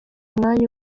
umwanya